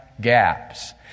gaps